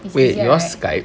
it's easier right